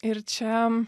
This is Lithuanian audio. ir čia